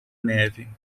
neve